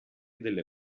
delle